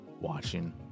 watching